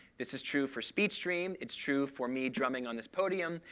this is true for speech stream. it's true for me drumming on this podium.